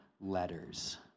letters